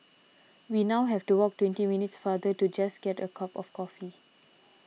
we now have to walk twenty minutes farther just to get a cup of coffee